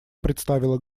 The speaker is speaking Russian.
представило